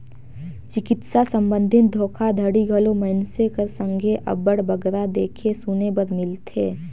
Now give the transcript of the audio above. चिकित्सा संबंधी धोखाघड़ी घलो मइनसे कर संघे अब्बड़ बगरा देखे सुने बर मिलथे